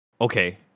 okay